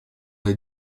les